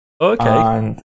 Okay